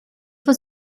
was